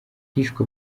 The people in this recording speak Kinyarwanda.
hishwe